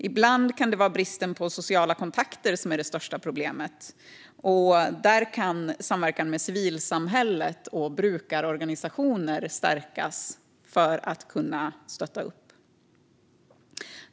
Ibland kan det vara bristen på sociala kontakter som är det största problemet, och där kan samverkan med civilsamhället och brukarorganisationer stärkas för att stötta upp.